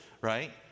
right